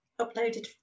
uploaded